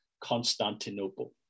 Constantinople